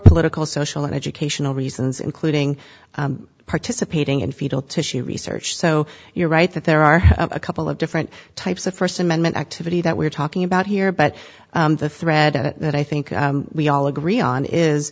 political social and educational reasons including participating in fetal tissue research so you're right that there are a couple of different types of first amendment activity that we're talking about here but the thread that i think we all agree on is